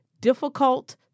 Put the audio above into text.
difficult